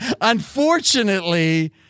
unfortunately